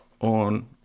on